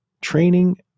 Training